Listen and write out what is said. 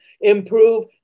improve